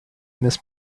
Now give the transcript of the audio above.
miss